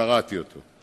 פרעתי אותו.